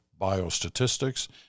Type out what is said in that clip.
biostatistics